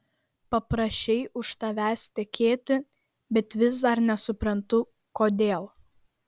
paprašei už tavęs tekėti bet vis dar nesuprantu kodėl